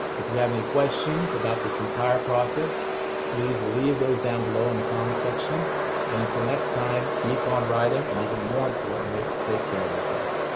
if you have any questions about this entire process please leave those down below in the comment section and until next time keep on writing and even more importantly take care of yourself.